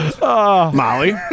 Molly